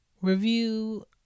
review